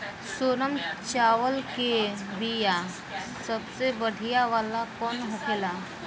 सोनम चावल के बीया सबसे बढ़िया वाला कौन होखेला?